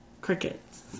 crickets